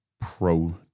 Pro